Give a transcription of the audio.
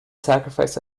sacrifice